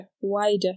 wider